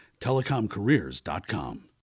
TelecomCareers.com